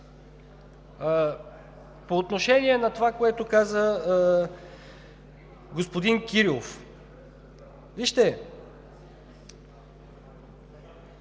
По отношение на това, което каза господин Кирилов. Вижте,